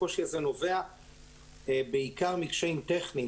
הקושי הזה נובע בעיקר מקשיים טכניים.